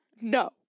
no